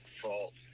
fault